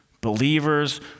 Believers